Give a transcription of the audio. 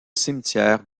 cimetière